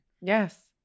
Yes